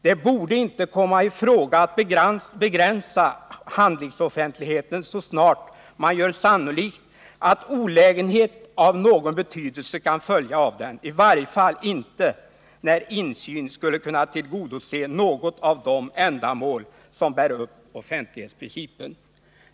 Det borde inte komma i fråga att begränsa handlingsoffentligheten så snart man gör sannolikt att olägenhet av någon betydelse kan följa av den, i varje fall inte när insyn skulle kunna tillgodose något av de ändamål som bär upp offentlighetsprincipen.